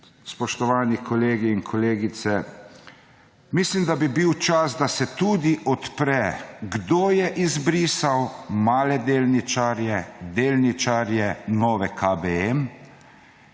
spoštovani kolegi in kolegice, mislim, da bi bil čas, da se tudi odpre, kdo je izbrisal male delničarje, delničarje Nove KBM,